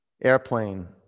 Airplane